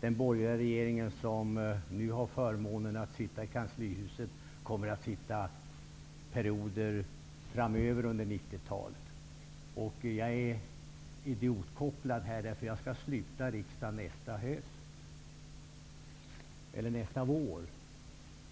Den borgerliga regering som nu har förmånen att sitta i kanslihuset kommer att sitta perioder framöver under 90-talet. Jag är idiotkopplad här, för jag skall sluta riksdagen nästa vår.